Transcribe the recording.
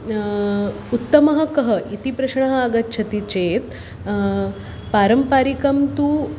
उत्तमः कः इति प्रश्नः आगच्छति चेत् पारम्परिकं तु